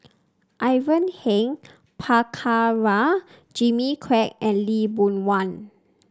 Ivan Heng Prabhakara Jimmy Quek and Lee Boon Wang